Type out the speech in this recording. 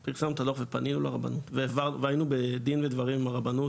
אנחנו פרסמנו את הדוח ופנינו לרבנות והיינו בדין ודברים עם הרבנות,